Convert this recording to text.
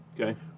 Okay